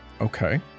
Okay